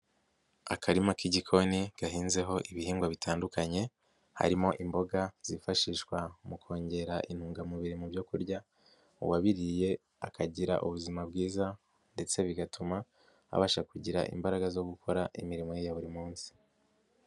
Akarima k'igikoni gahinzeho ibihingwa bitandukanye, harimo imboga zifashishwa mu kongera intungamubiri mu byo kurya, uwabiririye akagira ubuzima bwiza ndetse bigatuma abasha kugira imbaraga zo gukora imirimo ye ya buri munsi.